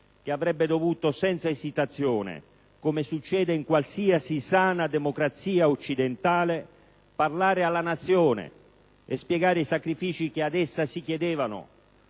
che avrebbe dovuto senza esitazione, come succede in qualsiasi sana democrazia occidentale, parlare alla Nazione e spiegare i sacrifici che ad essa si chiedevano,